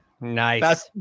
nice